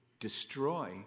Destroy